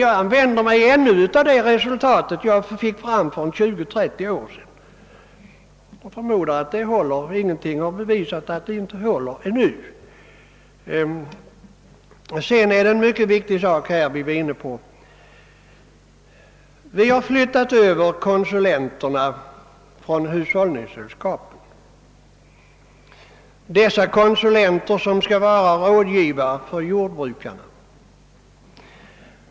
Jag använder mig emellertid ännu av de resultat som jag fick fram för 20—30 år sedan. Jag förmodar att de resultaten håller; ingenting har bevisat motsatsen. Vidare finns här en annan viktig omständighet att ta hänsyn till. Vi har flyttat över de konsulenter som skall vara rådgivare åt jordbrukarna från hushållningssällskapen till lantbruksnämnderna.